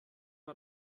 war